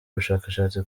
bushakashatsi